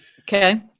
Okay